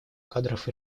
кадров